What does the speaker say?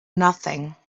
nothing